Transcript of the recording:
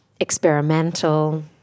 experimental